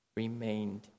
remained